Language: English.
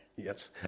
Yes